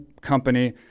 company